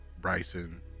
Bryson